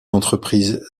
entreprise